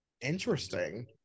Interesting